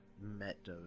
met